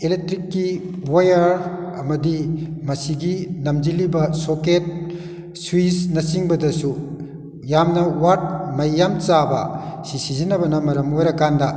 ꯑꯦꯂꯦꯛꯇ꯭ꯔꯤꯛꯀꯤ wire ꯑꯃꯗꯤ ꯃꯁꯤꯒꯤ ꯅꯝꯁꯤꯜꯂꯤꯕ ꯁꯣꯀꯦꯠ ꯁꯨꯋꯤꯁꯅ ꯆꯤꯡꯕꯗꯁꯨ ꯌꯥꯝꯅ ꯋꯥꯠ ꯃꯩ ꯌꯥꯝ ꯆꯥꯕ ꯁꯤ ꯁꯤꯖꯤꯟꯅꯕꯅ ꯃꯔꯝ ꯑꯣꯏꯔ ꯀꯥꯟꯗ